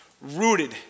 rooted